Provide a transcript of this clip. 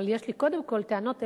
אבל יש לי קודם כול טענות אלינו,